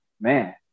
man